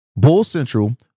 BULLCENTRAL